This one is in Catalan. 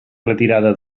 retirada